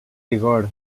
vigor